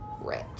rich